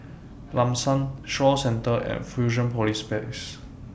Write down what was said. Lam San Shaw Centre and Fusionopolis Place